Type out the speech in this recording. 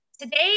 Today